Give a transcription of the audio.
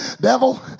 Devil